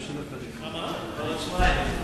בעוד שבועיים.